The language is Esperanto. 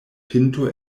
pinto